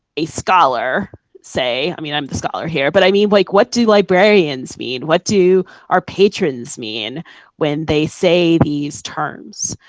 a scholar say. i mean, i am the scholar here, but i mean like what do librarians mean? what do our patrons mean when they say these terms?